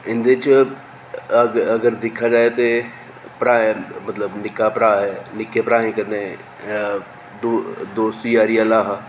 इंदे च अग अगर दिक्खेआ जा तां भ्रा ऐ मतलब निक्का भ्रा ऐ निक्के भ्राएं कन्नै दो दोस्ती यारी आह्ला हा